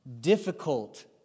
Difficult